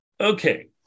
okay